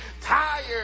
Tired